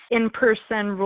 in-person